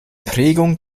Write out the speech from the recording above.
prägung